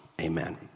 amen